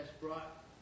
brought